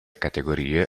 categorie